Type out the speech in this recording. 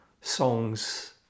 songs